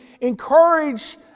encourage